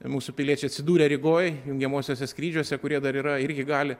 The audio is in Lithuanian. mūsų piliečiai atsidūrę rygoj jungiamuosiuose skrydžiuose kurie dar yra irgi gali